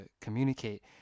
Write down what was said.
communicate